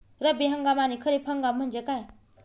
रब्बी हंगाम आणि खरीप हंगाम म्हणजे काय?